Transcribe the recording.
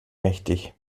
mächtig